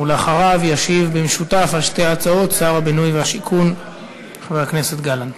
אחריו ישיב במשותף על שתי ההצעות שר הבינוי והשיכון חבר הכנסת גלנט.